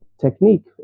technique